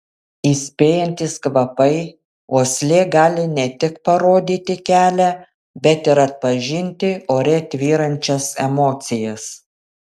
įspėjantys kvapai uoslė gali ne tik parodyti kelią bet ir atpažinti ore tvyrančias emocijas